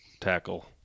tackle